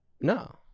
No